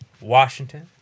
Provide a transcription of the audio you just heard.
Washington